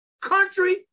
Country